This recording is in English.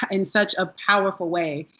in such a powerful way.